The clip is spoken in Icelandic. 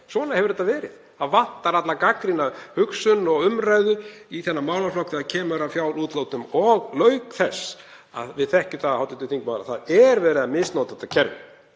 Svona hefur þetta verið. Það vantar alla gagnrýna hugsun og umræðu í þennan málaflokk þegar kemur að fjárútlátum. Auk þess, og við þekkjum það, hv. þingmaður, er verið að misnota þetta kerfi.